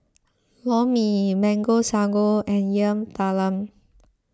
Lor Mee Mango Sago and Yam Talam